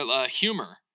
Humor